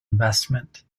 investment